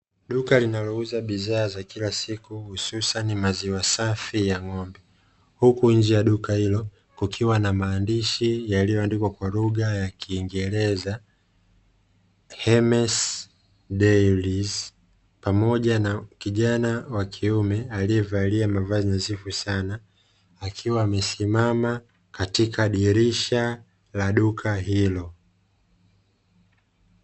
Duka linalouza bidhaa za kila siku hususani maziwa safi ya ng'ombe, huku nje ya duka hilo kukiwa na maandishi yaliyoandikwa kwa lugha ya kiingereza "HEMES DIARIES" pamoja na kijana wa kiume alievalia mavazi nadhifu sana akiwa amesimama katika dirisha la duka hilo.